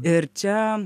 ir čia